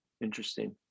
interesting